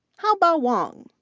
haobo wang,